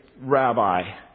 Rabbi